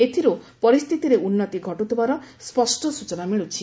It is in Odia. ଏଥିର୍ ପରିସ୍ଥିତିରେ ଉନ୍ତି ଘଟ୍ରଥିବାର ସ୍ୱଷ୍ଟ ସ୍ବଚନା ମିଳ୍ତିଛି